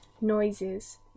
noises